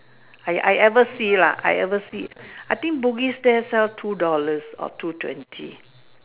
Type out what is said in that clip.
I I ever see lah I ever see I think book is that a two dollars or two twenty